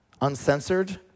uncensored